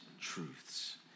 truths